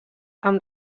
amb